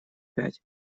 пять